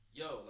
yo